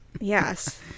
Yes